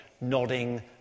nodding